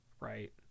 right